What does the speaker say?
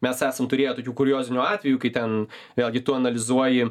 mes esam turėję tokių kuriozinių atvejų kai ten vėlgi tu analizuoji